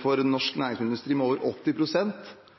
for norsk næringsmiddelindustri med over